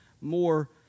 more